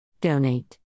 Donate